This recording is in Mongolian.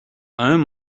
ойн